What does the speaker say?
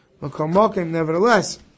Nevertheless